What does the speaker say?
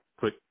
put